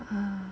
!huh!